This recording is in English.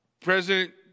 President